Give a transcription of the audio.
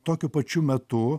tokiu pačiu metu